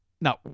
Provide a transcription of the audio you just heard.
Now